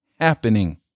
happening